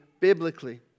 Biblically